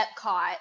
Epcot